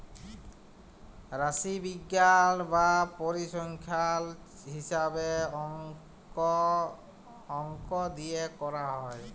রাশিবিজ্ঞাল বা পরিসংখ্যাল হিছাবে অংক দিয়ে ক্যরা হ্যয়